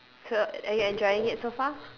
so are you enjoying it so far